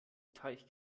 teich